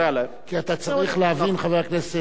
כי אתה צריך להבין, חבר הכנסת, מקבל את התיקון.